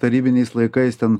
tarybiniais laikais ten